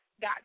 got